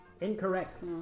Incorrect